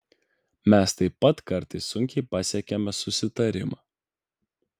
mes taip pat kartais sunkiai pasiekiame susitarimą